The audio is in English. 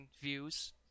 views